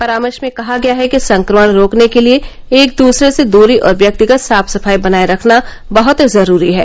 परामर्श में कहा गया है कि संक्रमण रोकने के लिए एक दूसरे से दूरी और व्यक्तिगत साफ सफाई बनाए रखना बहत जरूरी है